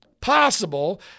possible